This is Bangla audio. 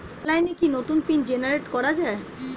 অনলাইনে কি নতুন পিন জেনারেট করা যায়?